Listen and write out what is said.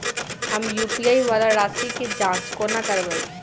हम यु.पी.आई वला राशि केँ जाँच कोना करबै?